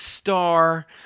star